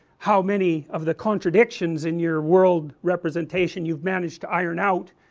how many of the contradictions in your world representation you have managed to iron out,